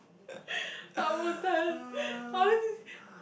rambutan I always just